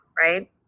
right